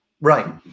Right